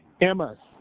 Emma